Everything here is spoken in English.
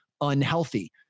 unhealthy